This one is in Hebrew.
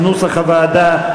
כנוסח הוועדה.